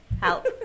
help